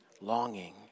longing